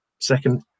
second